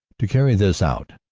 to carry this out,